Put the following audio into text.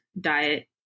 diet